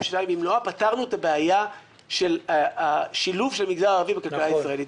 במלואה פתרנו את הבעיה של השילוב של המגזר הערבי בחברה הישראלית.